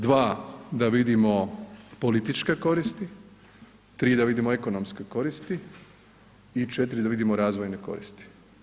Dva, da vidimo političke koristi, tri da vidimo ekonomske koristi i četiri da vidimo razvojne koristi.